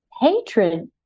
hatred